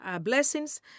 blessings